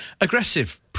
aggressive